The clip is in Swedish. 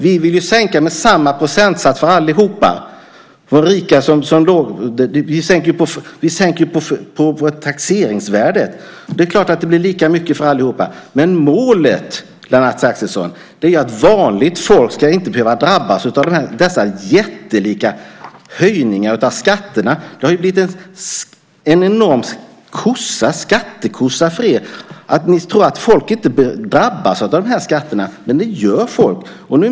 Vi vill ju sänka med samma procentsats för allihop, för rika som låginkomsttagare. Vi sänker ju på taxeringsvärdet. Det är klart att det blir lika mycket för allihop. Men målet, Lennart Axelsson, är att vanligt folk inte ska behöva drabbas av dessa jättelika höjningar av skatterna. Det här har ju blivit en enorm skattekossa för er. Ni tror inte att folk drabbas av de här skatterna, men det gör folk.